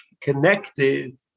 connected